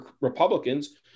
Republicans